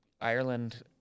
Ireland